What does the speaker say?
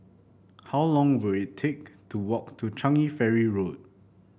how long will it take to walk to Changi Ferry Road